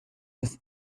with